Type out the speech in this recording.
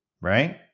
right